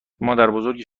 مادربزرگ